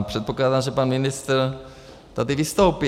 Předpokládám, že pan ministr tady vystoupí.